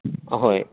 ꯑꯍꯣꯏ